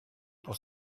pour